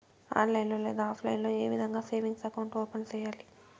online లో లేదా offline లో ఏ విధంగా సేవింగ్ అకౌంట్ ఓపెన్ సేయాలి